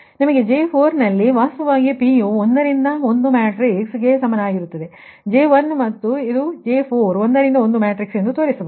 ಆದ್ದರಿಂದ J4 ನಲ್ಲಿ ವಾಸ್ತವವಾಗಿ p ಯು 1 ರಿಂದ 1 ಮ್ಯಾಟ್ರಿಕ್ಸ್ಗೆ ಸಮಾನವಾಗಿರುತ್ತದೆ ನಾನು ನಿಮಗೆ J1 ಮತ್ತು ಇದು J4 1 ರಿಂದ 1 ಮ್ಯಾಟ್ರಿಕ್ಸ್ ಎಂದು ತೋರಿಸಬಹುದು